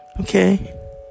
Okay